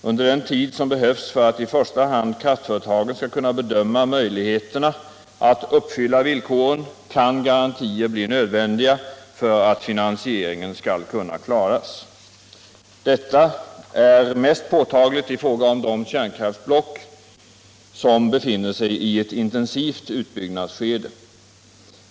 Under den tid som behövs för att i första hand kraftföretagen skall kunna bedöma möjligheterna att uppfylla villkoren kan garantier bli nödvändiga för att finansieringen skall kunna klaras. Detta är mest påtagligt i fråga om de kärnkraftsblock som befinner sig i ett intensivt utbyggnadsskede.